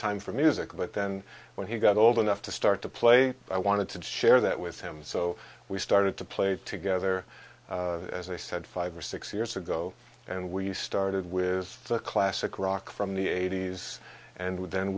time for music but then when he got old enough to start to play i wanted to share that with him so we started to play together as i said five or six years ago and we started with the classic rock from the eighty's and with then